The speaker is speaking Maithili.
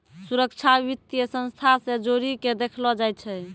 सुरक्षा वित्तीय संस्था से जोड़ी के देखलो जाय छै